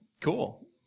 Cool